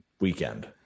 weekend